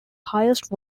highest